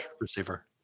receiver